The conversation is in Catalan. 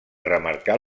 remarcar